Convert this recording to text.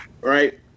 right